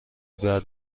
بعد